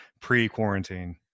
pre-quarantine